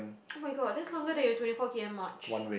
[oh]-my-god that's longer than your twenty four K_M march